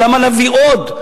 למה להביא עוד?